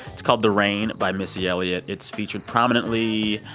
it's called, the rain, by missy elliott. it's featured prominently